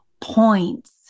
points